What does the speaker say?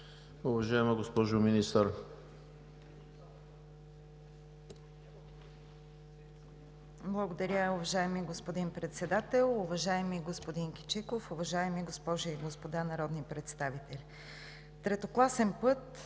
уважаема госпожо Министър.